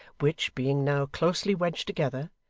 which, being now closely wedged together,